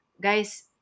guys